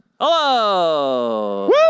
Hello